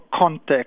context